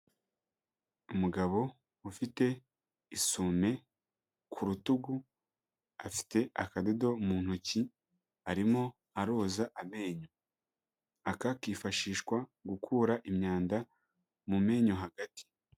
Umugabo ufite isume k'urutugu, afite akadodo mu ntoki arimo aroza amenyo. Aka kifashishwa gukura imyanda mu menyo hagati.